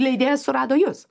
leidėjas surado jus